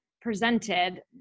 presented